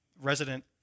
resident